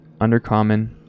Undercommon